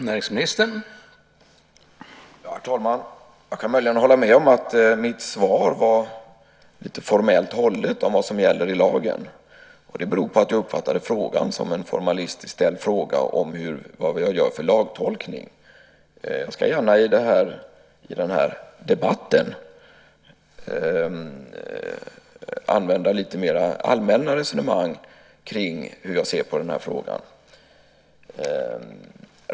Herr talman! Jag kan möjligen hålla med om att mitt svar var lite formellt hållet om vad som gäller i lagen. Det beror på att jag uppfattade frågan som en formalistiskt ställd fråga om vad jag gör för lagtolkning. Jag ska gärna i den här debatten föra lite mer allmänna resonemang kring hur jag ser på den här frågan.